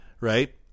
Right